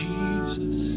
Jesus